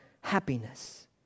happiness